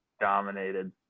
dominated